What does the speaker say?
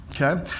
okay